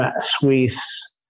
Swiss